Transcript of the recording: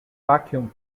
vacuum